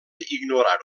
ignorar